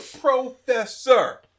professor